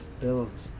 build